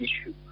issue